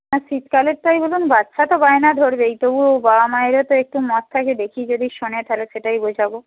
না শীতকালেরটাই বলুন বাচ্চা তো বায়না ধরবেই তবু বাবা মায়েরও তো একটু মত থাকে দেখি যদি শোনে তাহলে সেটাই বোঝাব